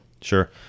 Sure